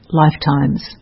lifetimes